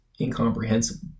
incomprehensible